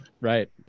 right